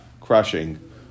crushing